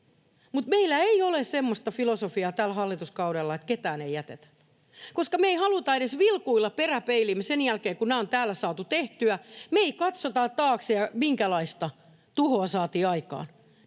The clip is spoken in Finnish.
Mutta meillä ei ole semmoista filosofiaa tällä hallituskaudella, että ketään ei jätetä, koska me ei haluta edes vilkuilla peräpeiliin sen jälkeen, kun nämä on täällä saatu tehtyä. Me ei katsota taakse, minkälaista tuhoa saatiin aikaan